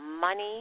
money